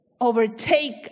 overtake